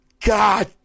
God